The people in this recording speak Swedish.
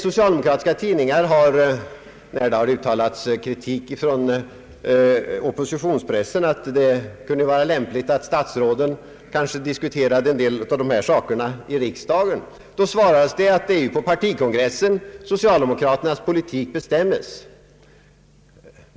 När det uttalats kritik från oppositionspressen och framhållits att det kunde vara lämpligt att statsråden diskuterade en del av dessa saker i riksdagen, då svaras det från en del socialdemokratiska tidningars sida att det är på partikongressen som socialdemokraternas politik bestämmes.